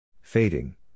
Fading